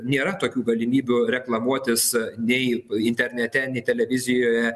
nėra tokių galimybių reklamuotis nei internete nei televizijoje